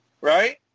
right